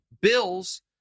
Bills